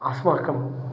अस्माकं